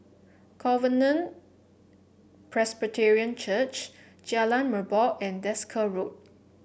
Covenant Presbyterian Church Jalan Merbok and Desker Road